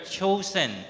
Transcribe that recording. chosen